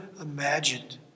imagined